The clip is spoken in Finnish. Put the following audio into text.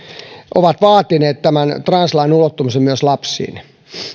ovat vaatineet translain ulottumista myös lapsiin